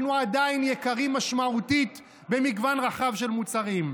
אנחנו עדיין יקרים משמעותית במגוון רחב של מוצרים.